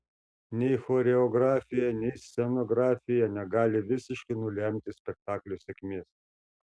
nei choreografija nei scenografija negali visiškai nulemti spektaklio sėkmės